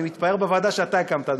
אני מתפאר בוועדה שאתה הקמת,